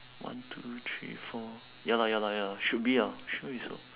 one two three four ya lah ya lah ya lah should be ah shouldn't be so